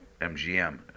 MGM